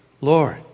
Lord